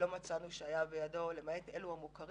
לא מצאנו שהיו בידו, למעט אלה המוכרים.